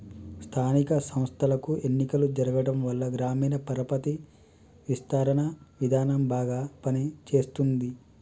స్థానిక సంస్థలకు ఎన్నికలు జరగటంవల్ల గ్రామీణ పరపతి విస్తరణ విధానం బాగా పని చేస్తుంది